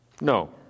No